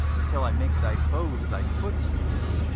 until i make thy foes thy footstool.